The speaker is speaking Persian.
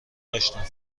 داشتند